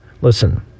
listen